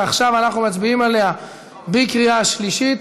עכשיו אנחנו מצביעים עליה בקריאה שלישית.